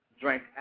drank